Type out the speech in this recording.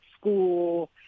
school